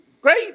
great